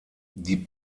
die